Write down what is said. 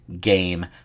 game